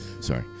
Sorry